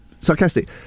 sarcastic